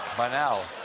by now,